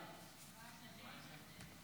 ילד שהורהו הומת בידי בן